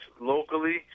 locally